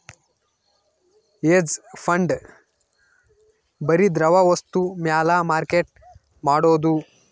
hedge fund ಬರಿ ದ್ರವ ವಸ್ತು ಮ್ಯಾಲ ಮಾರ್ಕೆಟ್ ಮಾಡೋದು